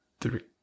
three